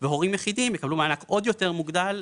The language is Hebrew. והורים יחידים יקבלו מענק עוד יותר מוגדל,